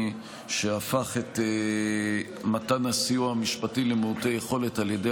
שהפך את מתן הסיוע המשפטי למעוטי יכולת על ידי